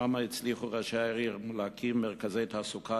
שם הצליחו ראשי העיר להקים מרכזי תעסוקה